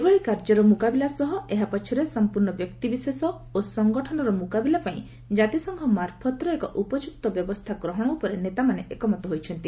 ଏଭଳି କାର୍ଯ୍ୟର ମୁକାବିଲା ସହ ଏହା ପଛରେ ସମ୍ପୂର୍ଣ୍ଣ ବ୍ୟକ୍ତିବିଶେଷ ଓ ସଂଗଠନର ମୁକାବିଲା ପାଇଁ ଜାତିସଂଘ ମାର୍ଫତରେ ଏକ ଉପଯୁକ୍ତ ବ୍ୟବସ୍ଥା ଗ୍ରହଣ ଉପରେ ନେତାମାନେ ଏକମତ ହୋଇଛନ୍ତି